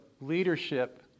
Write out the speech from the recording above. leadership